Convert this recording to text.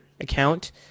account